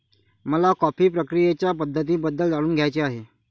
मला कॉफी प्रक्रियेच्या पद्धतींबद्दल जाणून घ्यायचे आहे